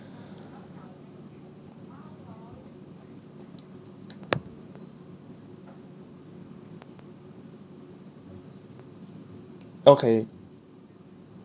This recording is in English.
okay